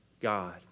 God